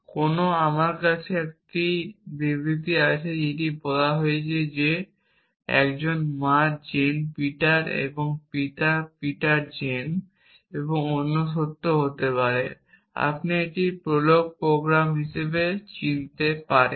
কোথাও আমার কাছে একটি বিবৃতি আছে যেটি বলা হয়েছে যে একজন মা জেন পিটার এবং পিতা পিটার জেন এবং অন্য সত্যও হতে পারে আপনি এটিকে একটি প্রোলগ প্রোগ্রাম হিসাবে চিনতে পারেন